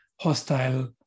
hostile